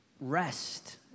rest